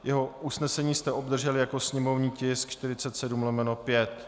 Jeho usnesení jste obdrželi jako sněmovní tisk 47/5.